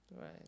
Right